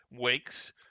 weeks